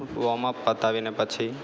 warm up પતાવીને પછી